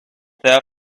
there